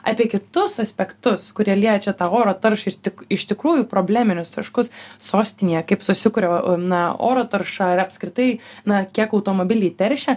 apie kitus aspektus kurie liečia tą oro taršą ir tik iš tikrųjų probleminius taškus sostinėje kaip susikuria na oro tarša ir apskritai na kiek automobiliai teršia